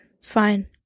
fine